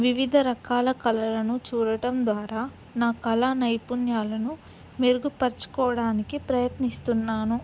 వివిధ రకాల కళలను చూడటం ద్వారా నా కళా నైపుణ్యాలను మెరుగుపరుచుకోవడానికి ప్రయత్నిస్తున్నాను